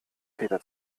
peter